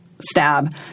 stab